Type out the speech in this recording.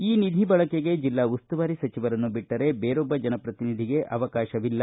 ಈ ನಿಧಿ ಬಳಕೆಗೆ ಜಿಲ್ಲಾ ಉಸ್ತುವಾರಿ ಸಚಿವರನ್ನು ಬಿಟ್ಟರೆ ಬೇರೊಬ್ಬ ಜನಪ್ರತಿನಿಧಿಗೆ ಅವಕಾಶವಿಲ್ಲ